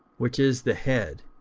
which is the head,